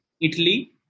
Italy